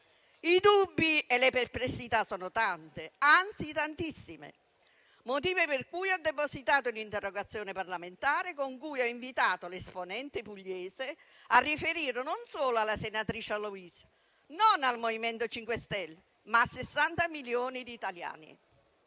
I dubbi e le perplessità sono tante, anzi tantissime, motivo per cui ho depositato un'interrogazione parlamentare con cui ho invitato l'esponente pugliese a riferire non solo alla senatrice Aloisio, non al MoVimento 5 Stelle, ma a 60 milioni di italiani.